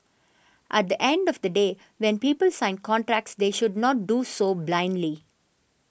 at the end of the day when people sign contracts they should not do so blindly